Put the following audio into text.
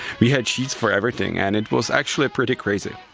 we had sheets for everything and it was actually pretty crazy.